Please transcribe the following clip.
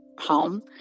home